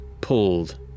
pulled